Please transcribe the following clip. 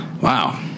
Wow